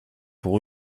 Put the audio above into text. pour